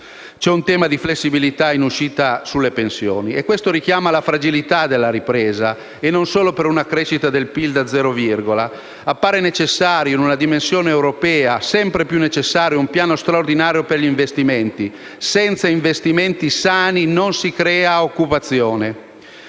il tema della flessibilità in uscita sulle pensioni. Tutto questo richiama la fragilità della ripresa, e non solo per una crescita del PIL da "zero virgola". Appare necessario in una dimensione europea - sempre più necessario - un piano straordinario per gli investimenti; senza investimenti sani non si crea occupazione.